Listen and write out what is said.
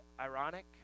ironic